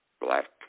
black